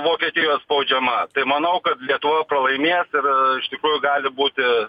vokietijos spaudžiama tai manau kad lietuva pralaimės ir iš tikrųjų gali būti